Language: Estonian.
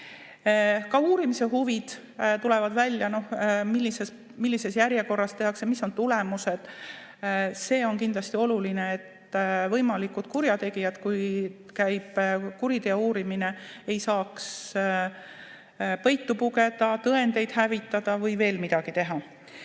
Ka uurimise huvid: tuleb välja, millises järjekorras midagi tehakse, mis on tulemused, See on kindlasti oluline, sest võimalikud kurjategijad, kui käib kuriteo uurimine, ei peaks saama peitu pugeda, tõendeid hävitada või veel midagi teha.